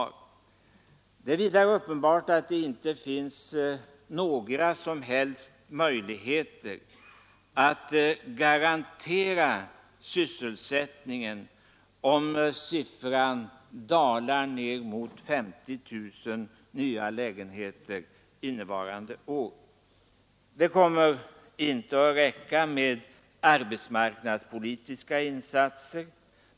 Det är vidare uppenbart att det inte finns några som helst möjligheter att garantera sysselsättningen, om siffran dalar ned mot 50 000 nya lägenheter innevarande år. Det kommer inte att räcka med arbetsmarknadspolitiska insatser.